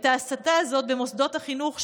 את ההסתה הזאת במוסדות החינוך,